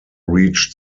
reached